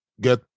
get